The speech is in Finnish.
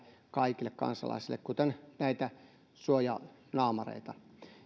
kaikille kansalaisille kuten näitä suojanaamareita